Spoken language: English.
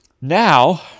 Now